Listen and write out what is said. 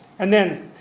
and then,